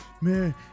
man